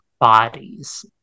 bodies